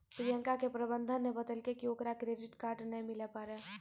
प्रियंका के प्रबंधक ने बतैलकै कि ओकरा क्रेडिट कार्ड नै मिलै पारै